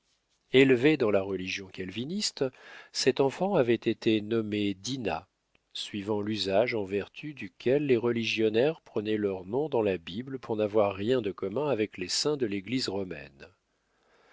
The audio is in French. élevée dans la religion calviniste cet enfant avait été nommée dinah suivant l'usage en vertu duquel les religionnaires prenaient leurs noms dans la bible pour n'avoir rien de commun avec les saints de l'église romaine